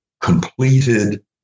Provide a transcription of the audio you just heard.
completed